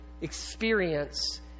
experience